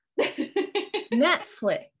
Netflix